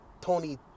Tony